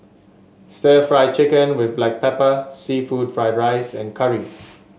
stir Fry Chicken with Black Pepper seafood Fried Rice and curry